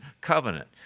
covenant